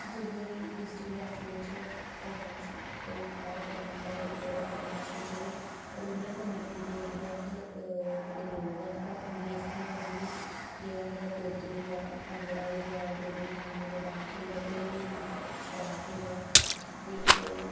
जेल्लै बी डिस्ट्रिक्ट रियासी बिच कोई फंक्शन कोई कार्यक्रम होंदा जां कोई प्रोग्राम होंदा ते जेह्ड़े रूरल कमेटी दे जेह्ड़े यंग लोक न ओह् अंगेज़ कि'यां रौिहदे की जेह्ड़ा उंदा कुड्ड होइया भांगड़ा डोगरी सांग पर डोास होइया कोई बी डांस होइया ते एह्